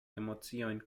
emociojn